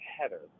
header